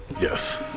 Yes